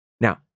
Now